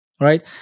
right